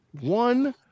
One